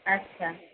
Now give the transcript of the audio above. আচ্ছা